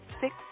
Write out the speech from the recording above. six